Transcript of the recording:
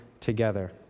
together